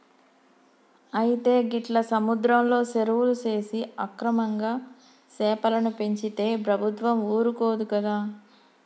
అయితే గీట్ల సముద్రంలో సెరువులు సేసి అక్రమంగా సెపలను పెంచితే ప్రభుత్వం ఊరుకోదు కదా